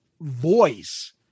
voice